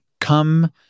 Come